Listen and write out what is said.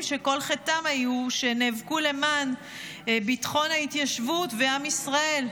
שכל חטאם היה שהם נאבקו למען ביטחון ההתיישבות ועם ישראל.